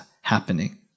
happening